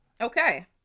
Okay